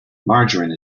margarine